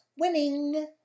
winning